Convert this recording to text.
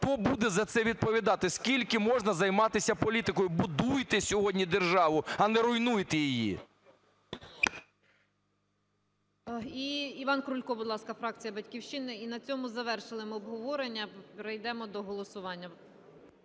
Хто буде за це відповідати, скільки можна займатися політикою? Будуйте сьогодні державу, а не руйнуйте її. ГОЛОВУЮЧА. І Іван Крулько, будь ласка, фракція "Батьківщина", і на цьому завершили ми обговорення, перейдемо до голосування.